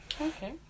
Okay